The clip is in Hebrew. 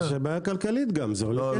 יש בעיה כלכלית גם, זה עולה כסף.